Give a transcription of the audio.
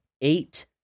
eight